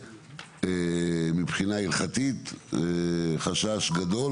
מבחינה הלכתית זה חשש גדול,